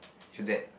your dad